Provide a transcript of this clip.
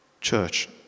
Church